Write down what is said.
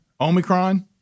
Omicron